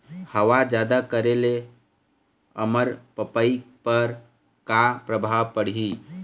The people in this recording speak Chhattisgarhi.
हवा जादा करे ले अरमपपई पर का परभाव पड़िही?